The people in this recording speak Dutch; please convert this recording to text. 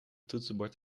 toetsenbord